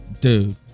dude